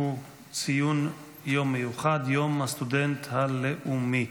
הוא ציון יום מיוחד, יום הסטודנט הלאומי.